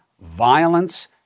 violence